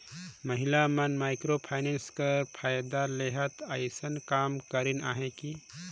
महिला मन micro finance कर फएदा लेहत अइसन काम करिन अहें कि